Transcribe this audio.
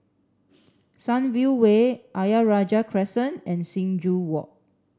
Sunview Way Ayer Rajah Crescent and Sing Joo Walk